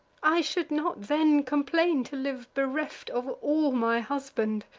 i should not then complain to live bereft of all my husband,